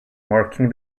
marking